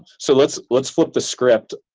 so let's let's flip the script.